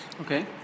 okay